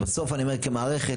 בסוף אני אומר כמערכת,